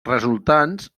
resultants